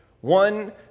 One